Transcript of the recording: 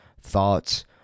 thoughts